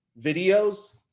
videos